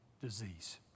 disease